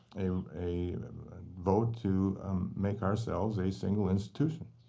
a a vote to make ourselves a single institution.